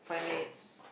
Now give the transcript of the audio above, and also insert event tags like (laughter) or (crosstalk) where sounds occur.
(noise)